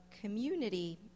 community